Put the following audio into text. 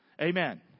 Amen